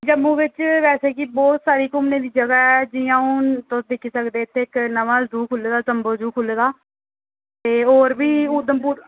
जम्मू बिच्च बैसे कि बोह्त सारी घूमने दी जगह् ऐ जि'यां हून तुस दिक्खी सकदे इत्थै इक नमां ज़ू खुल्ले दा जम्बो ज़ू खुले दा ते होर बी उधमपुर